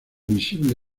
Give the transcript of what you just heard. visible